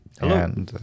Hello